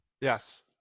Yes